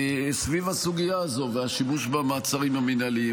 סביב הסוגיה הזו והשימוש במעצרים המינהליים.